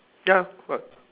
ya but